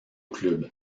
club